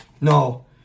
no